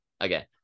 Okay